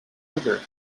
sugar